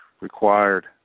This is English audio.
required